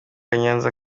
nyanza